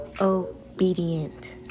obedient